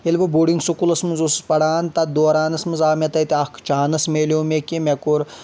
ییٚلہٕ بہٕ بوڈِنٛگ سکوٗلَس منٛز اوسُس پَران تَتھ دورانَس منٛز آو مےٚ تَتہِ اَکھ چانٕس میلیو مےٚ کہِ مےٚ کوٚر